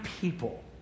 people